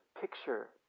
picture